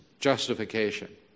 justification